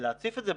להציף את זה.